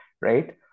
right